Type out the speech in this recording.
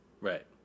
Right